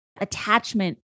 attachment